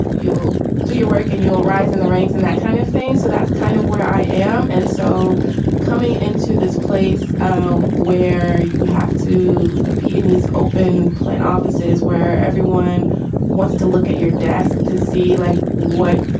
you'll do your work and you'll rise in the ranks in that kind of thing. so that's kind of where i am. and so coming into this place um where you have to be in these open plan offices where everyone wants to look at your desk to see like what,